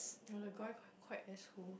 [wah] the guy quite quite asshole